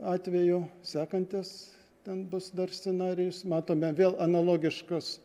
atveju sekantis ten bus dar scenarijus matome vėl analogiškas